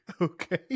Okay